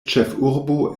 ĉefurbo